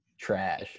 trash